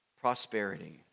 prosperity